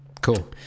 Cool